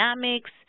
dynamics